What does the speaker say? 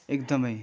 एकदमै